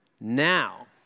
now